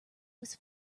was